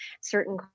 certain